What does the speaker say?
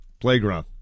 playground